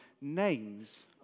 names